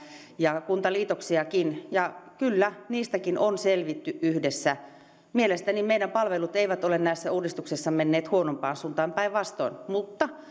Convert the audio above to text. ja kuntaliitoksiakin ja kyllä niistäkin on selvitty yhdessä mielestäni meidän palvelumme eivät ole näissä uudistuksissa menneet huonompaan suuntaan päinvastoin mutta